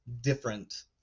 different